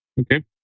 Okay